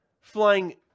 flying